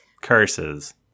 Curses